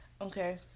Okay